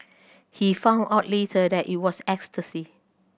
he found out later that it was ecstasy